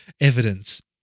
evidence